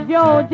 Joe